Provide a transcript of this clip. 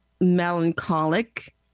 melancholic